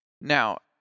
Now